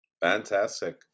Fantastic